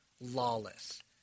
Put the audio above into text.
lawless